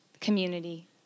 community